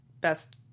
best